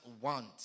want